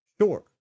Sure